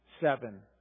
seven